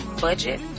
budget